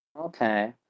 okay